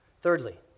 Thirdly